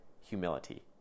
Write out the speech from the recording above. humility